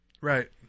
Right